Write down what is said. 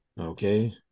okay